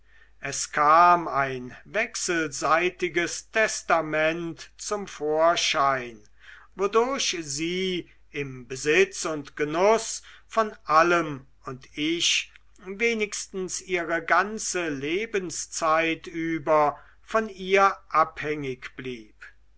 es kam ein wechselseitiges testament zum vorschein wodurch sie im besitz und genuß von allem und ich wenigstens ihre ganze lebenszeit über von ihr abhängig blieb